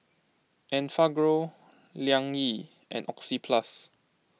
Enfagrow Liang Yi and Oxyplus